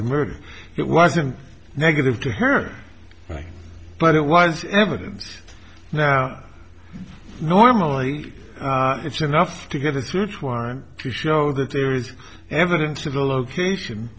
the murder it wasn't negative to her but it was evidence now normally it's enough to get a search warrant to show that there is evidence of the location